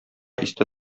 истә